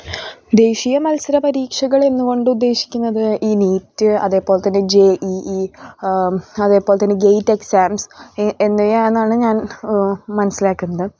ദേശിയ മത്സര പരീക്ഷകളെന്നത് കൊണ്ട് ഉദ്ദേശിക്കുന്നത് ഈ നീറ്റ് അതേപോലെ തന്നെ ജെ ഇ ഇ അതേപോലെ തന്നെ ഗേറ്റ് എക്സാമ്സ് എന്നിവയാണെന്നാണ് ഞാൻ മനസ്സിലാക്കുന്നത്